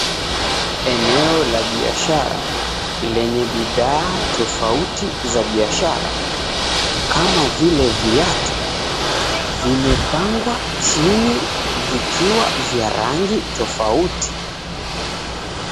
Eneo la biashara lenye bidhaa tofauti za biashara kama vile viatu, vimepangwa chini vikiwa vya rangi tofauti.